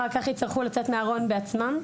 ואחר כך הם יצטרכו לצאת מהארון בעצמם.